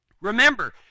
Remember